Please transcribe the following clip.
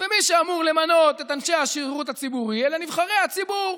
מי שאמור למנות את אנשי השירות הציבורי אלה נבחרי הציבור.